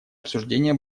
обсуждение